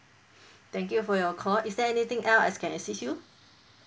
thank you for your call is there anything else I can assist you